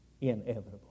inevitable